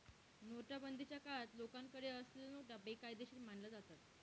नोटाबंदीच्या काळात लोकांकडे असलेल्या नोटा बेकायदेशीर मानल्या जातात